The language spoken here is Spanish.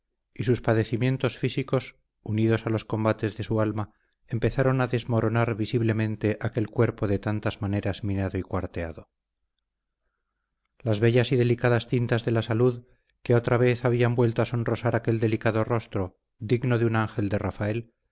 y sus padecimientos físicos unidos a los combates de su alma empezaron a desmoronar visiblemente aquel cuerpo de tantas maneras minado y cuarteado las bellas y delicadas tintas de la salud que otra vez habían vuelto a sonrosear aquel delicado rostro digno de un ángel de rafael